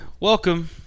Welcome